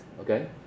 okay